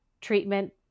treatment